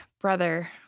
brother